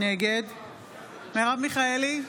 נגד מרב מיכאלי,